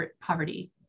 poverty